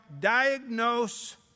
diagnose